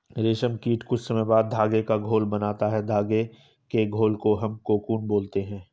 रेशम कीट कुछ समय बाद धागे का घोल बनाता है धागे के घोल को हम कोकून बोलते हैं